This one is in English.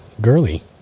girly